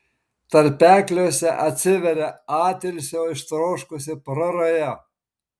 tarpekliuose atsiveria atilsio ištroškusi praraja